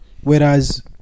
Whereas